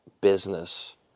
business